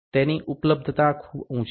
તેની ઉપલબ્ધતા ખૂબ જ ઊંચી છે